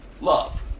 Love